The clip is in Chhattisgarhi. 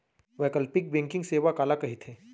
वैकल्पिक बैंकिंग सेवा काला कहिथे?